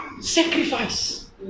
sacrifice